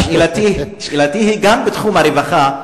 שאלתי היא גם בתחום הרווחה,